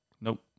Nope